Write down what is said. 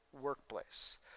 workplace